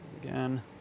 Again